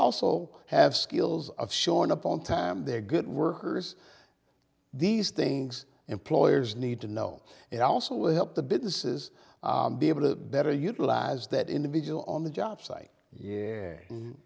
also have skills of showing up on time they're good workers these things employers need to know and also will help the businesses be able to better utilize that individual on the job site yeah